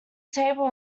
table